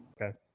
okay